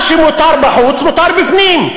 מה שמותר בחוץ, מותר בפנים.